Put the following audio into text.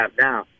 now